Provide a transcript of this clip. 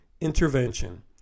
intervention